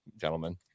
gentlemen